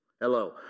Hello